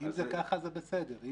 --- אם ככה, זה בסדר.